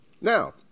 Now